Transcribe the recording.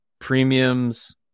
Premiums